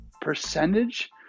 percentage